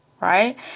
right